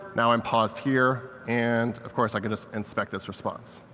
now i'm paused here, and, of course, i can just inspect this response.